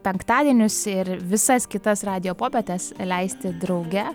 penktadienius ir visas kitas radijo popietes leisti drauge